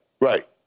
right